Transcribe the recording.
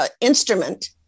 instrument